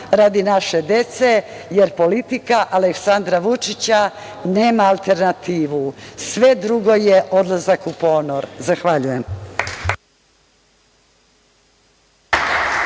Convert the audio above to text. radi naše dece, jer politika Aleksandra Vučića nema alternativu. Sve drugo je odlazak u ponor. Zahvaljujem.